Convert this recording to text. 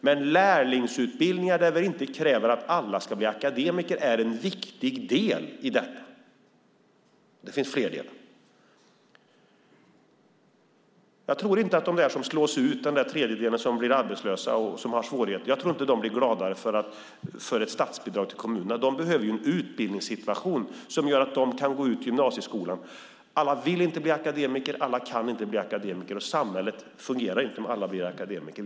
Men lärlingsutbildningar där vi inte kräver att alla ska bli akademiker är en viktig del i detta. Det finns fler delar. Jag tror inte att de som slås ut, den tredjedel som blir arbetslös och har svårigheter, blir gladare för ett statsbidrag till kommunerna. De behöver en utbildningssituation som gör att de kan gå ut gymnasieskolan. Alla vill inte bli akademiker, alla kan inte bli akademiker och samhället fungerar inte om alla blir akademiker.